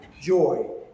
joy